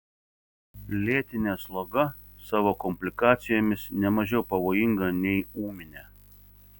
lėtinė sloga savo komplikacijomis ne mažiau pavojinga nei ūminė